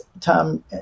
Tom